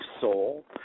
soul